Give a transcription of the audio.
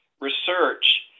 research